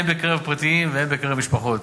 הן בקרב פרטיים והן בקרב משפחות.